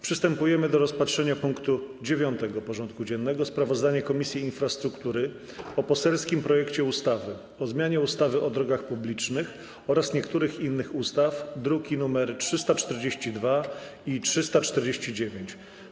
Przystępujemy do rozpatrzenia punktu 9. porządku dziennego: Sprawozdanie Komisji Infrastruktury o poselskim projekcie ustawy o zmianie ustawy o drogach publicznych oraz niektórych innych ustaw (druki nr 342 i 349)